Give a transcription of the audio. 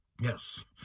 Yes